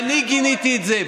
שאני גיניתי את זה,